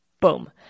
Boom